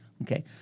Okay